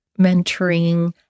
mentoring